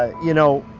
ah you know?